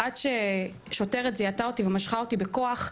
עד ששוטרת זיהתה אותי ומשכה אותי בכוח,